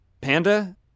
panda